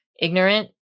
ignorant